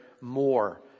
more